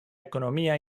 ekonomia